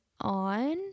on